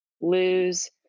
lose